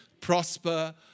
prosper